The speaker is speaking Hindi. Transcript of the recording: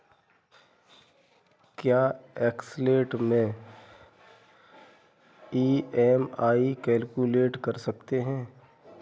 क्या एक्सेल में ई.एम.आई कैलक्यूलेट कर सकते हैं?